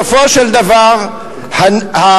בסופו של דבר הנזקים,